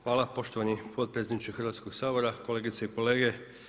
Hvala poštovani potpredsjedniče Hrvatskoga sabora, kolegice i kolege.